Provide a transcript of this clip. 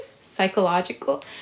psychological